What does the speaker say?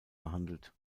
behandelt